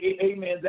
amen